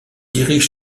dirige